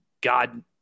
God